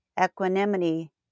equanimity